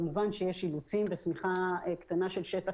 כמובן שיש אילוצים ושמיכה קטנה של שטח